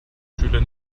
schüler